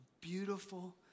beautiful